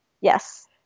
Yes